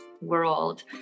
world